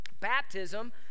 Baptism